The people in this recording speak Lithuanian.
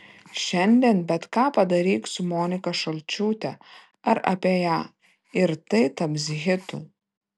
šiandien bet ką padaryk su monika šalčiūte ar apie ją ir tai taps hitu